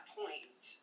point